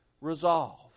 resolve